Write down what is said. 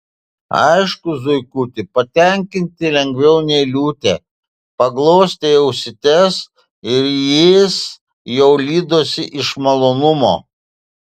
aišku zuikutį patenkinti lengviau nei liūtę paglostei ausytes ir jis jau lydosi iš malonumo